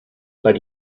but